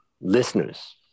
listeners